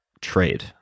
trade